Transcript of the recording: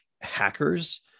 hackers